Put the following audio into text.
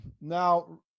now